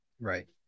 Right